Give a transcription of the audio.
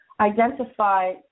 identify